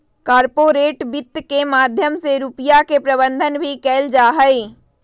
corporate वित्त के माध्यम से रुपिया के प्रबन्धन भी कइल जाहई